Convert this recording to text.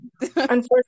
Unfortunately